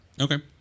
Okay